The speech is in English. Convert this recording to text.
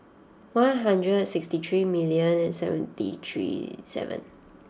one hundred and sixty three million and seventy three seven